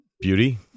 Beauty